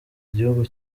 gihugu